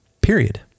period